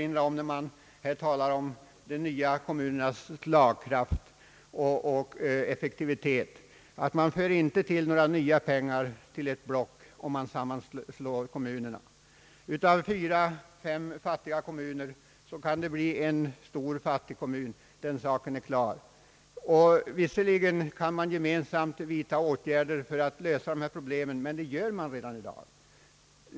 När man här talar om de nya kommunernas slagkraft och effektivitet vill jag till slut bara erinra om att man inte tillför några nya pengar till ett block, om man sammanslår kommunerna. Av fyra—fem fattiga kommuner kan det bli en stor fattig kommun, den saken är klar. Visserligen kan man gemensamt vidta åtgärder för att lösa dessa problem, men det gör man redan i dag.